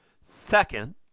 Second